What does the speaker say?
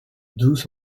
douze